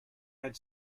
had